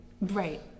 Right